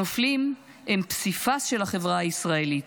הנופלים הם פסיפס של החברה הישראלית,